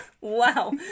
Wow